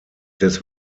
des